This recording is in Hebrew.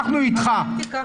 אנחנו איתך.